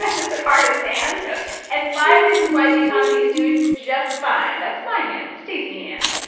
that is cardiff's ah hand yes and five reasons why the economy is doing just fine. that's my hand, the stacey hand.